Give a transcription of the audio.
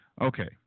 Okay